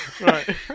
Right